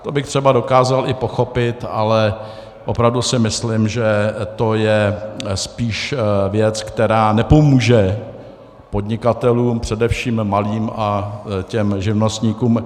To bych třeba dokázal i pochopit, ale opravdu si myslím, že to je spíše věc, která nepomůže podnikatelům, především těm malým, a živnostníkům.